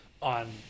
on –